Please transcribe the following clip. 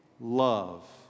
love